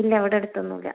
ഇല്ലാ അവിടടുത്തൊന്നുല്ലാ